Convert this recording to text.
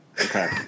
Okay